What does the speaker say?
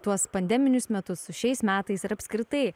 tuos pandeminius metus su šiais metais ir apskritai